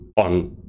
on